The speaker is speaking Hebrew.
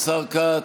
השר כץ,